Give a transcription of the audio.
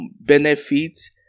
benefits